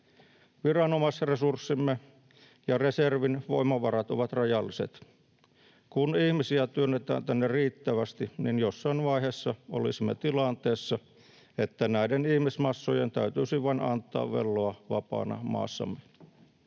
Viranomaisresurssimme ja reservin voimavarat ovat rajalliset. Kun ihmisiä työnnetään tänne riittävästi, niin jossain vaiheessa olisimme tilanteessa, että näiden ihmismassojen täytyisi vain antaa velloa vapaana maassamme.